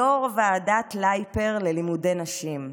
יו"ר ועדת לייפר ללימודי נשים,